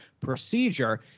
procedure